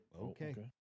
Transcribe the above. okay